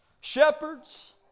shepherds